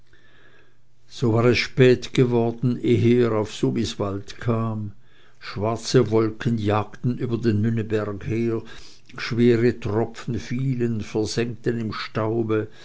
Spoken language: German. so war es spät geworden ehe er auf sumiswald kam schwarze wolken jagten über den münneberg her schwere tropfen fielen vermengten im staube